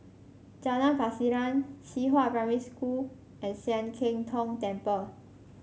Jalan Pasiran Qihua Primary School and Sian Keng Tong Temple